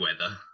weather